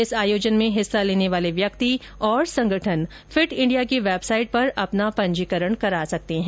इस आयोजन में हिस्सा लेने वाले व्यक्ति और संगठन फिट इंडिया की वेबसाइट पर अपना पंजीकरण करा सकते हैं